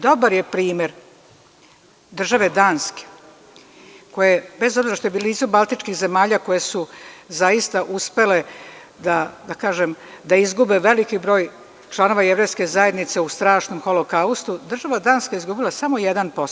Dobar je primer države Danske, koja je bez obzira što je blizu baltičkih zemalja koje su zaista uspele da izgube veliki broj članova jevrejske zajednice, u strašnom holokaustu, država Danska je izgubila samo 1%